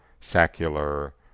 secular